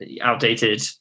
outdated